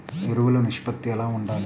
ఎరువులు నిష్పత్తి ఎలా ఉండాలి?